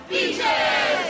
Beaches